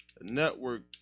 network